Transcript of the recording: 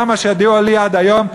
כמו שהודיעו לי עד היום,